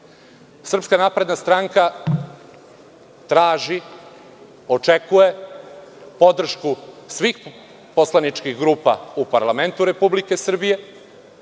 godina. Srpska napredna stranka traži i očekuje podršku svih poslaničkih grupa u parlamentu Republike Srbije,